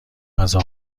غذا